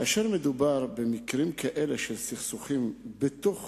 כאשר מדובר במקרים כאלה של סכסוכים בתוך